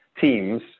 teams